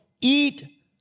eat